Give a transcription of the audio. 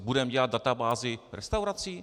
Budeme dělat databázi restaurací?